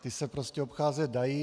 Ty se prostě obcházet dají.